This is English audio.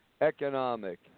economic